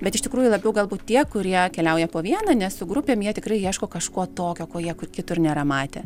bet iš tikrųjų labiau galbūt tie kurie keliauja po vieną ne su grupėm jie tikrai ieško kažko tokio ko jie kur kitur nėra matę